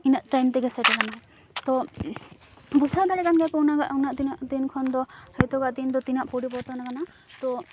ᱤᱱᱟᱹᱜ ᱴᱟᱹᱭᱤᱢ ᱛᱮᱜᱮ ᱥᱮᱴᱮᱨᱟᱢᱟ ᱛᱚ ᱵᱩᱡᱷᱟᱹᱣ ᱫᱟᱲᱮᱭᱟᱜ ᱠᱟᱱ ᱜᱮᱭᱟᱯᱮ ᱩᱱᱟᱹᱜ ᱩᱱᱟᱹᱜ ᱛᱤᱱᱟᱹᱜ ᱫᱤᱱ ᱠᱷᱚᱱ ᱫᱚ ᱱᱤᱛᱚᱜᱟᱜ ᱫᱤᱱᱫᱚ ᱛᱤᱱᱟᱹᱜ ᱯᱚᱨᱤᱵᱚᱨᱛᱚᱱ ᱟᱠᱟᱱᱟ ᱛᱚ